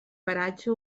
paratge